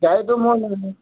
গাড়ীটো মোৰ